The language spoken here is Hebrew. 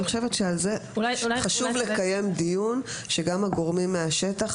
אני חושבת שעל זה חשוב לקיים דיון שגם הגורמים מהשטח,